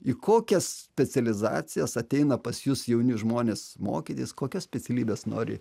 į kokias specializacijas ateina pas jus jauni žmonės mokytis kokias specialybes nori